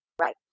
Right